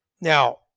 Now